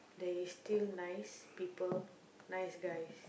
there is still nice people nice guys